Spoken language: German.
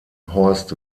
horst